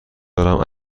دارم